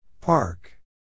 Park